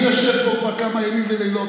אני יושב פה כבר כמה ימים ולילות,